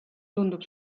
tundub